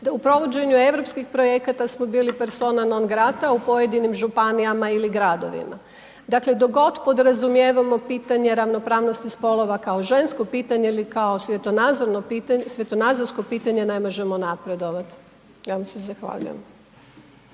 u provođenju europskih projekata smo bili persona non grata u pojedinim županijama ili gardovima. Dakle, dok god podrazumijevamo pitanje ravnopravnosti spolova kao žensko pitanje ili kao svjetonazorsko pitanje, ne možemo napredovati. Ja vam se zahvaljujem.